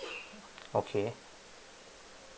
okay